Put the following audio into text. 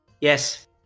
Yes